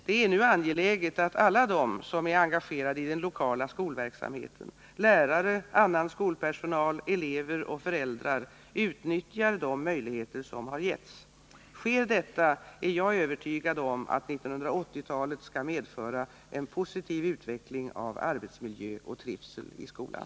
Det är nu angeläget att alla de som är engagerade i den lokala skolverksamheten — lärare, annan skolpersonal, elever och föräldrar — utnyttjar de möjligheter som har getts. Sker detta är jag övertygad om att 1980-talet skall medföra en positiv utveckling av arbetsmiljö och trivsel i skolan.